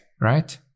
right